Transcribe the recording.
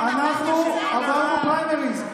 אנחנו עברנו פריימריז.